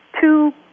two